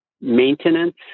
maintenance